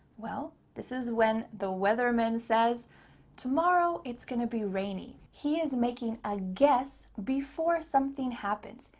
well, this is when the weatherman says tomorrow it's going to be rainy. he is making a guess before something happens.